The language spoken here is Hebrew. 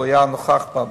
הוא היה נוכח בביקור.